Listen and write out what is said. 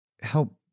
help